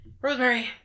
Rosemary